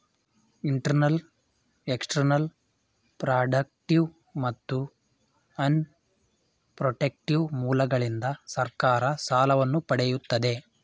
internal, external, productive ಮತ್ತು unproductive ಮೂಲಗಳಿಂದ ಸರ್ಕಾರ ಸಾಲವನ್ನು ಪಡೆಯುತ್ತದೆ